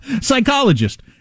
psychologist